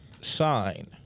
Sign